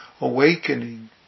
Awakening